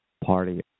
party